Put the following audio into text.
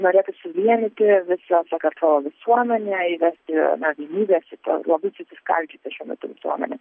norėtų suvienyti visą sakartvelo visuomenę įvesti na gyvybės į tą labai susikaldžiusią šiuo metu visuomenę